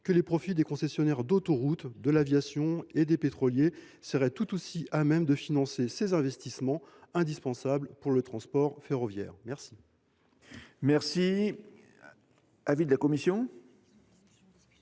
que les profits des concessionnaires d’autoroutes, de l’aviation et des pétroliers seraient tout aussi à même de financer ces investissements indispensables pour le transport ferroviaire. L’amendement n° II 790, présenté